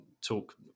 talk